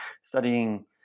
studying